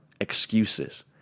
excuses